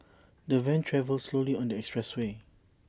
the van travelled slowly on the expressway